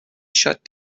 shut